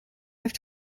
have